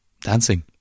dancing